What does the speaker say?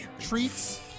Treats